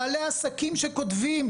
בעלי עסקים שכותבים: